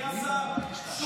בן כמה אתה, קרעי?